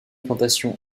plantations